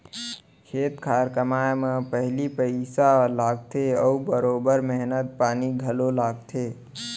खेत खार कमाए म पहिली पइसा लागथे अउ बरोबर मेहनत पानी घलौ लागथे